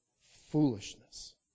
foolishness